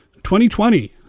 2020